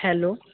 hello